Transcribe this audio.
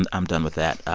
and i'm done with that.